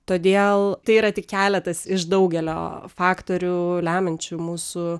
todėl tai yra tik keletas iš daugelio faktorių lemiančių mūsų